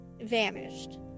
vanished